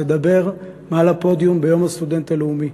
לדבר מהפודיום ביום הסטודנט הלאומי.